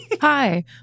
Hi